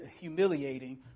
humiliating